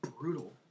brutal